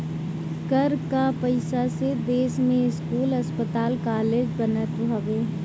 कर कअ पईसा से देस में स्कूल, अस्पताल कालेज बनत हवे